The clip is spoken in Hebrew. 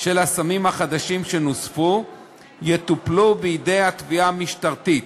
של הסמים החדשים שנוספו יטופלו בידי התביעה המשטרתית.